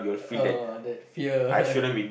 oh that fear